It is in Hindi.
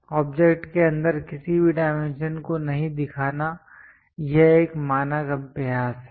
ऑब्जेक्ट के अंदर किसी भी डायमेंशन को नहीं दिखाना यह एक मानक अभ्यास है